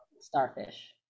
Starfish